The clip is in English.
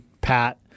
pat